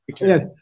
Yes